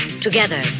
Together